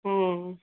হ্যাঁ